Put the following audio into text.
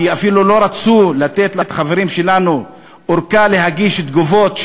כי אפילו לא רצו לתת לחברים שלנו ארכה של כמה ימים להגיש תגובות,